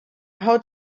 how